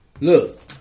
Look